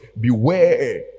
beware